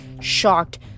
shocked